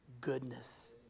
goodness